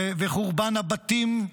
וחורבן הבתים,